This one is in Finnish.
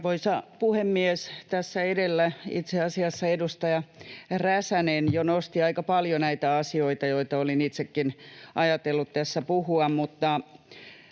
itse asiassa edustaja Räsänen jo nosti aika paljon asioita, joista olin itsekin ajatellut puhua.